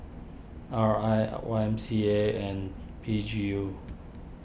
R I Y M C A and P G U